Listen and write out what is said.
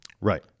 Right